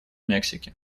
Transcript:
мексики